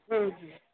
हं हं